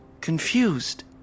confused